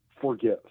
forgive